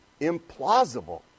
implausible